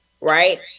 right